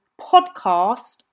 podcast